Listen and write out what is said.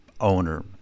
owner